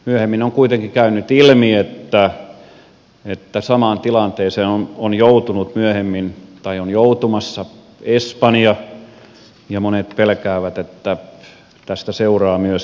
myöhemmin on kuitenkin käynyt ilmi että samaan tilanteeseen on joutumassa espanja ja monet pelkäävät että näitä seuraa myöskin italia